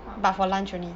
what voucher